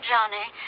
Johnny